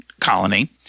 colony